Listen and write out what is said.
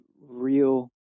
real